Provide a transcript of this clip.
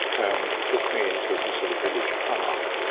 and took me into the sort of village park,